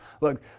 look